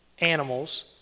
animals